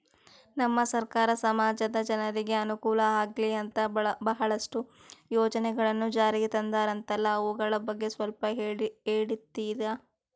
ನಮ್ಮ ಸರ್ಕಾರ ಸಮಾಜದ ಜನರಿಗೆ ಅನುಕೂಲ ಆಗ್ಲಿ ಅಂತ ಬಹಳಷ್ಟು ಯೋಜನೆಗಳನ್ನು ಜಾರಿಗೆ ತಂದರಂತಲ್ಲ ಅವುಗಳ ಬಗ್ಗೆ ಸ್ವಲ್ಪ ಹೇಳಿತೀರಾ?